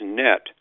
net